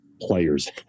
players